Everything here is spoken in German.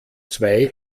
zwei